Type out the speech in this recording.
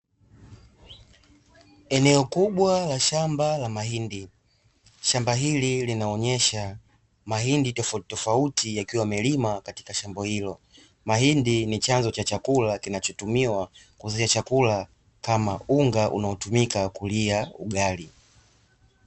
Eneo kubwa la shamba la mahindi, shamba hili linaonesha mahindi tofauti tofauti yakiwa yamelimwa kwenye shamba hilo, mahindi ji chanzo cha chakula kinachotumiwa kutoa chakula kama unga unaotumika kupikia ugali.